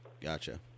gotcha